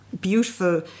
beautiful